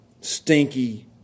Stinky